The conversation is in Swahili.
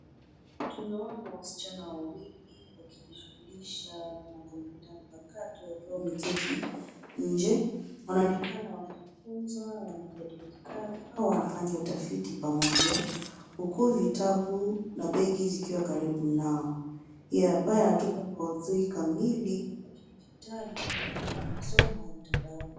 Tunaona wasichana wawili wakijishughulisha na kompyuta mpakato wakiwa wameketi nje. Wanaonekana wamejikunja wanajadili kazi au wanafanya utafiti pamoja huku vitabu na begi zikiwa karibu nao. Hii hapa inatupa maudhui kamili ya kidijitali na masomo ya mtandaoni.